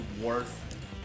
worth